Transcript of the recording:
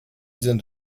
sind